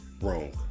wrong